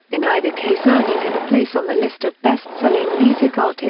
in either case earning him a place on the list of best-selling music artists.